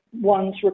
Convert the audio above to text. one's